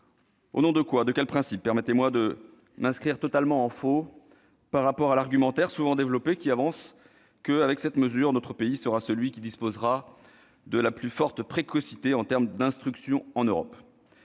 Au nom de quoi, de quel principe ? Permettez-moi de m'inscrire totalement en faux par rapport à l'argumentaire, souvent développé, selon lequel, avec cette mesure, notre pays disposera de la plus forte précocité en Europe en termes d'instruction. Je